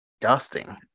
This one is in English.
dusting